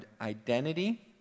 identity